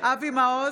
אבי מעוז,